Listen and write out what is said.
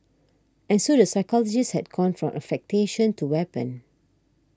and so the psychologist has gone from affectation to weapon